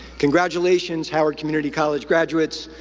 congratulations howard community college graduates.